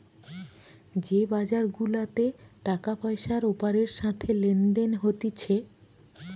যে বাজার গুলাতে টাকা পয়সার ওপরের সাথে লেনদেন হতিছে